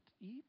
eat